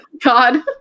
God